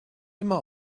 immer